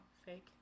fake